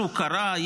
משהו קרה?